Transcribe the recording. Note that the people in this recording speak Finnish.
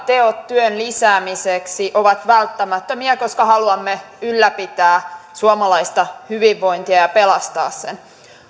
teot työn lisäämiseksi ovat välttämättömiä koska haluamme ylläpitää suomalaista hyvinvointia ja pelastaa sen